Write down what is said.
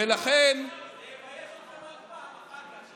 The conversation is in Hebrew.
ולכן, זה יבייש אתכם עוד פעם אחר כך.